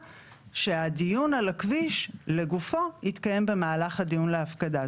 שהדיון על הכביש לגופו התקיים במהלך הדיון להפקדה.